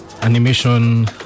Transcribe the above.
Animation